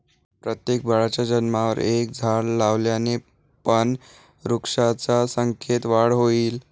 प्रत्येक बाळाच्या जन्मावर एक झाड लावल्याने पण वृक्षांच्या संख्येत वाढ होईल